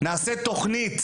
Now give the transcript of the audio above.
נעשה תכנית,